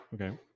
okay